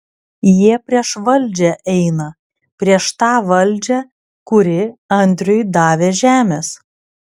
jie prieš valdžią eina prieš tą valdžią kuri andriui davė žemės